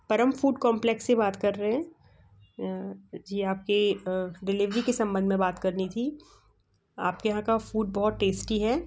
परम food complex से बात कर रहे हैं जी आपके डिलीवरी के सम्बंध में बात करनी थी आपके यहाँ का फ़ूड बहुत टेस्टी है